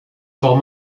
fort